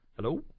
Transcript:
Hello